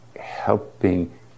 helping